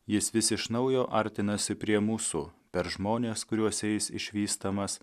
jis vis iš naujo artinasi prie mūsų per žmones kuriuose jis išvystamas